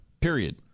Period